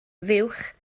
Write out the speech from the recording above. fuwch